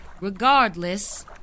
Regardless